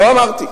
לא אמרתי.